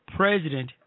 president